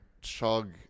chug